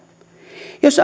jos